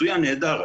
נהדר,